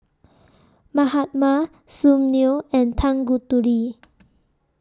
Mahatma Sunil and Tanguturi